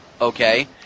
okay